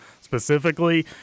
specifically